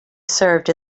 served